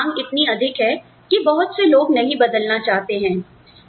नौकरी की मांग इतनी अधिक है कि बहुत से लोग नहीं बदलना चाहते हैं